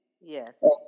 Yes